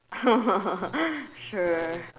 sure